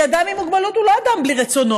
כי אדם עם מוגבלות הוא לא אדם בלי רצונות.